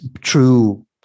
true